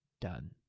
done